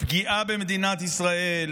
בפגיעה במדינת ישראל,